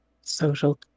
social